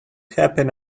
happen